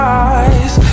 eyes